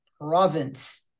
province